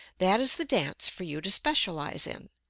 that is the dance for you to specialize in.